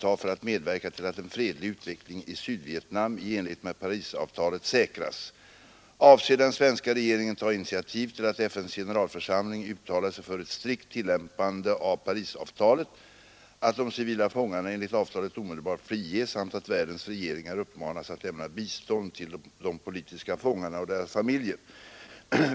Avser den svenska regeringen ta initiativ till att FN:s generalförsamling uttalar sig för ett strikt tillämpande av Parisavtalet, att de civila fångarna enligt avtalet omedelbart friges samt att världens regeringar uppmanas att lämna bistånd till de politiska fångarna och deras familjer?